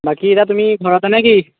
বাকী এতিয়া তুমি ঘৰতে নে কি